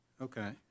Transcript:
Okay